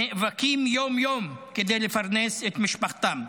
שנאבקים יום-יום כדי לפרנס את משפחתם.